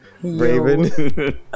Raven